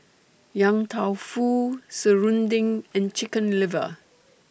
Yang Tao Fu Serunding and Chicken Liver